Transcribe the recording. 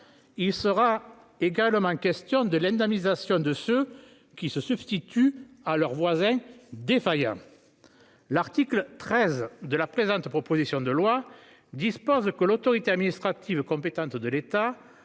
Il sera également question de l'indemnisation de ceux qui se substituent à leur voisin défaillant. L'article 13 de la présente proposition de loi dispose que l'autorité administrative compétente de l'État